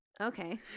Okay